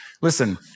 Listen